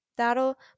That'll